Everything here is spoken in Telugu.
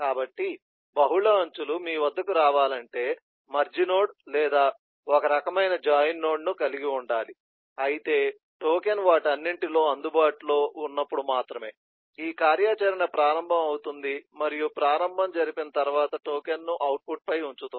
కాబట్టి బహుళ అంచులు మీ వద్దకు రావాలంటే మెర్జ్ నోడ్ లేదా ఒక రకమైన జాయిన్ నోడ్ను కలిగి ఉండాలి అయితే టోకెన్ వాటన్నింటిలో అందుబాటులో ఉన్నప్పుడు మాత్రమే ఈ కార్యాచరణ ప్రారంభం అపుతుంది మరియు ప్రారంభం జరిపిన తర్వాత టోకెన్ను అవుట్పుట్ పై ఉంచుతుంది